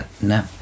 No